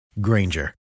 Granger